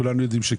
כולנו יודעים שכן.